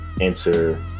enter